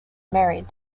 married